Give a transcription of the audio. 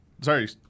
Sorry